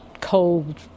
cold